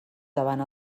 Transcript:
davant